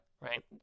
Right